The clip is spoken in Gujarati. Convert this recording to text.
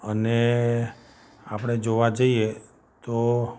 અને આપણે જોવા જઈએ તો